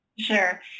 Sure